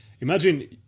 Imagine